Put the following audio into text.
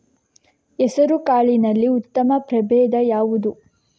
ಹೆಸರುಕಾಳಿನಲ್ಲಿ ಉತ್ತಮ ಪ್ರಭೇಧ ಯಾವುದು?